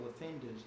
offenders